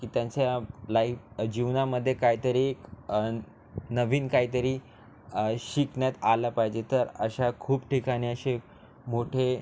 की त्यांच्या लाईफ जीवनामध्ये काय तरी न् नवीन काय तरी शिकण्यात आला पाहिजे तर अशा खूप ठिकाणी असे मोठे